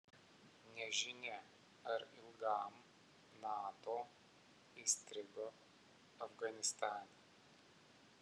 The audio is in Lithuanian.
nežinia ar ilgam nato įstrigo afganistane